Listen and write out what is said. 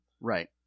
Right